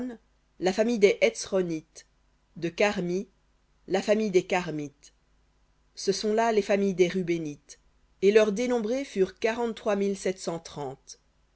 la famille des hetsronites de carmi la famille des carmites ce sont là les familles des rubénites et leurs dénombrés furent